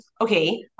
okay